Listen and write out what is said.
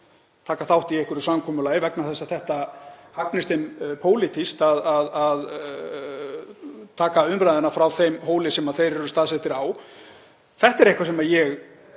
taka þátt í einhverju samkomulagi vegna þess að það hagnist þeim pólitískt að taka umræðuna frá þeim hóli sem þeir eru staðsettir á. Þetta er eitthvað sem ég